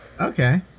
Okay